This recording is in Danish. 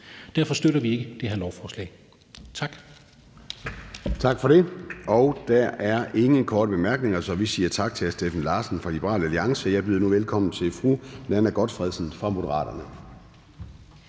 Derfor støtter vi ikke det her lovforslag. Tak.